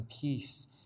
peace